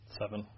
seven